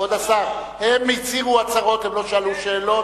כבוד השר, הם הצהירו הצהרות, הם לא שאלו שאלות.